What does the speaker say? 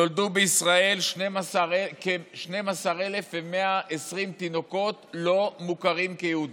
נולדו בישראל כ-12,120 תינוקות שאינם מוכרים כיהודים.